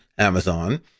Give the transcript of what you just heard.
Amazon